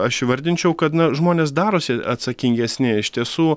aš įvardinčiau kad na žmonės darosi atsakingesni iš tiesų